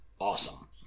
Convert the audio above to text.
awesome